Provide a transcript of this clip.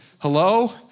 hello